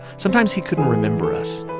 sometimes he couldn't remember us.